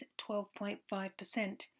12.5%